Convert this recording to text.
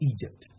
Egypt